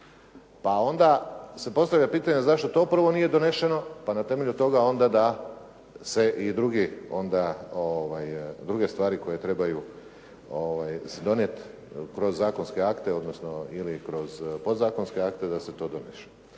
Pa onda se postavlja pitanje, zašto to prvo nije donešeno, pa na temelju toga onda da se i druge stvari se trebaju donijeti kroz zakonske akte ili kroz podzakonske akte, da se to donese.